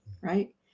Right